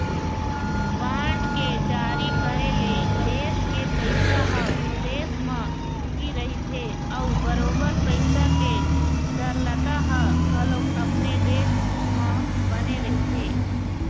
bond के जारी करे ले देश के पइसा ह देश म ही रहिथे अउ बरोबर पइसा के तरलता ह घलोक अपने देश म बने रहिथे